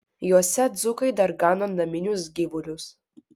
juose dzūkai dar gano naminius gyvulius